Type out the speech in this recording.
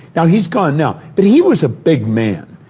now, he's gone now, but he was a big man.